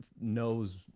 knows